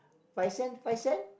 five cent five cent